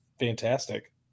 fantastic